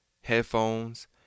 headphones